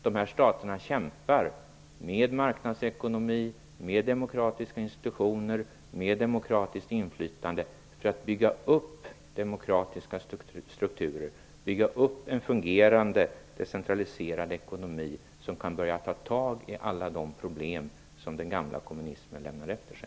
Dessa stater kämpar med marknadsekonomi, demokratiska institutioner och demokratiskt inflytande för att bygga upp demokratiska strukturer och en fungerande decentraliserad ekonomi, så att de kan börja ta tag i alla de problem som den gamla kommunismen lämnat efter sig.